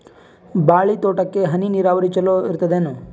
ಬಾಳಿ ತೋಟಕ್ಕ ಹನಿ ನೀರಾವರಿ ಚಲೋ ಇರತದೇನು?